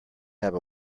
have